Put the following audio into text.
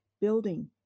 building